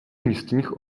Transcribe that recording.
místních